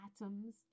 atoms